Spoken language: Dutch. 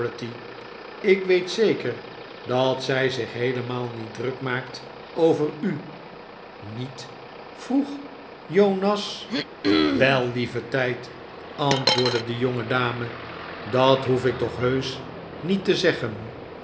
ik weet zeker dat zij zich heelemaal niet druk maakt over u principes die wat d oen ver w achte n niet vroeg jonas wel lieve tijd antwoordde de jongedame dat hoef ik toch heusch niet te zeggen